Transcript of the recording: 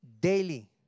daily